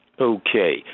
Okay